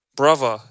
brother